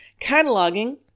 cataloging